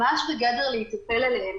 ממש בגדר להיטפל אליהם,